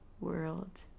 world